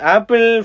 Apple